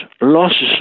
losses